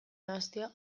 nahastea